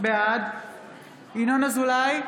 בעד ינון אזולאי,